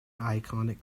iconic